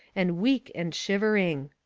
and weak and shivering.